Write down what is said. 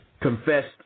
confessed